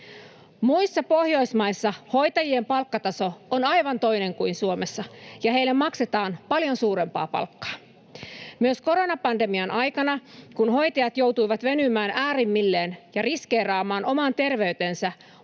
Muissa Pohjoismaissa hoitajien palkkataso on aivan toinen kuin Suomessa ja heille maksetaan paljon suurempaa palkkaa. Myös koronapandemian aikana, kun hoitajat joutuivat venymään äärimmilleen ja riskeeraamaan oman terveytensä,